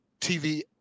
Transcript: TV